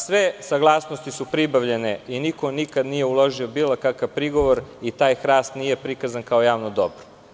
Sve saglasnosti su pribavljene i niko nikad nije uložio bilo kakav prigovor i taj hrast nije prikazan kao javno dobro.